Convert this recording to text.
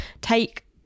take